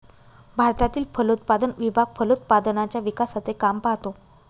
भारतातील फलोत्पादन विभाग फलोत्पादनाच्या विकासाचे काम पाहतो